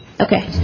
Okay